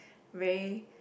very